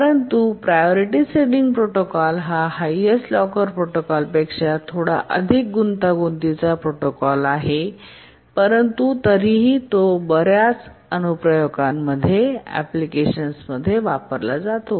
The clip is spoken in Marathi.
परंतु प्रायोरिटी सिलींग प्रोटोकॉल हा हायेस्टलॉकर प्रोटोकॉलपेक्षा थोडा अधिक गुंतागुंतीचा प्रोटोकॉल आहे परंतु तरीही तो बर्याच अनुप्रयोगांमध्ये वापरला जातो